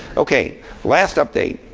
ok, last update.